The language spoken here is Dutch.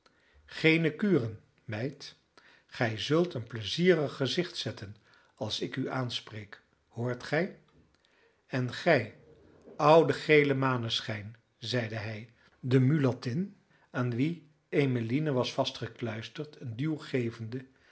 geene kuren meid gij zult een pleizierig gezicht zetten als ik u aanspreek hoort gij en gij oude gele maneschijn zeide hij de mulattin aan wie emmeline was vastgekluisterd een duw gevende